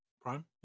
Prime